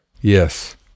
Yes